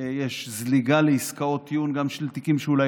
יש זליגה לעסקאות טיעון גם של תיקים שאולי